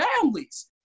families